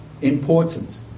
important